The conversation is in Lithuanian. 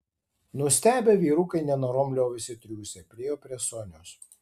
nustebę vyrukai nenorom liovėsi triūsę priėjo prie sonios